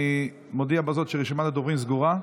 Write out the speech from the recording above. אני מודיע בזאת שרשימת הדוברים סגורה.